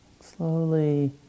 Slowly